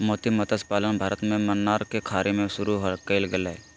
मोती मतस्य पालन भारत में मन्नार के खाड़ी में शुरु कइल गेले हल